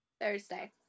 Thursday